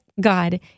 God